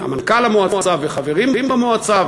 מנכ"ל המועצה וחברים במועצה,